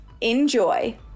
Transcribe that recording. Enjoy